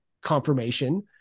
confirmation